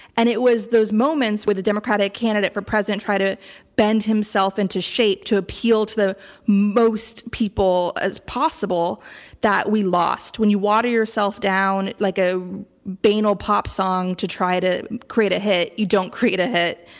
and it was those moments where the democratic candidate for president tried to bend himself into shape to appeal to the most people as possible that we lost. when you water yourself down like a banal pop song to try to create a hit. you don't create a hit.